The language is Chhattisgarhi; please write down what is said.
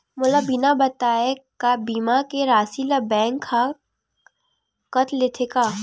मोला बिना बताय का बीमा के राशि ला बैंक हा कत लेते का?